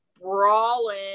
brawling